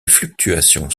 fluctuations